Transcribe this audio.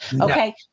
Okay